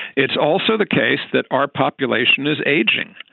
it's also the case that our population is aging.